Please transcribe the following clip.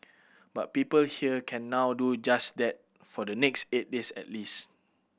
but people here can now do just that for the next eight days at least